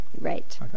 Right